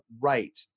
right